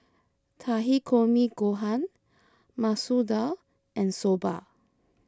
Takikomi Gohan Masoor Dal and Soba